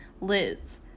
Liz